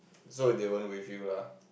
so they won't with you lah